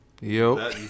yo